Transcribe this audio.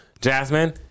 Jasmine